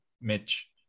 Mitch